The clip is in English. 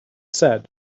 said